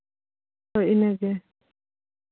ᱦᱳᱭ ᱤᱱᱟᱹᱜᱮ